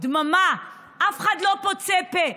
דממה, אף אחד לא פוצה פה.